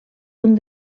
punt